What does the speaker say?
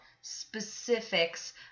specifics